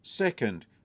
Second